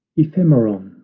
ephemeron,